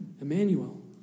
Emmanuel